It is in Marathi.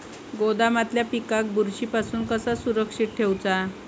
गोदामातल्या पिकाक बुरशी पासून कसा सुरक्षित ठेऊचा?